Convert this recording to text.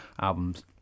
albums